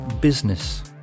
business